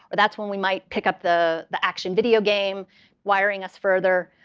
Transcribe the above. but that's when we might pick up the the action video game wiring us further.